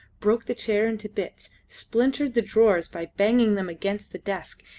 broke the chair into bits, splintered the drawers by banging them against the desk,